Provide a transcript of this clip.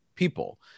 people